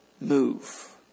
move